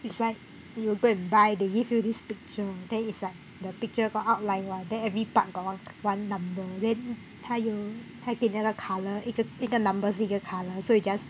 it's like you go and buy they give you this picture then it's like the picture got outline [one] then every part got one one number then 还有还给你那个 colour 一个一个 numbers 一个 colour so you just